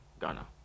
Ghana